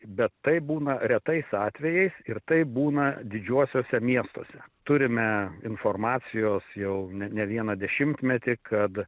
bet tai būna retais atvejais ir tai būna didžiuosiuose miestuose turime informacijos jau ne ne vieną dešimtmetį kad